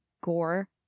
gore